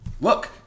Look